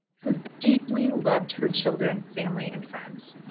who deeply loved her children, family, and friends.